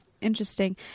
Interesting